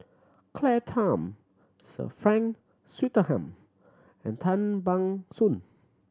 Claire Tham Sir Frank Swettenham and Tan Ban Soon